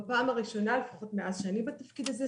בפעם הראשונה לפחות מאז שאני בתפקיד הזה,